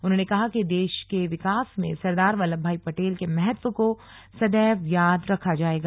उन्होंन कहा कि देश के विकास में सरदार वल्लभभाई पटेल के महत्व को सैदव याद रखा जाएगा